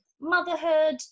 motherhood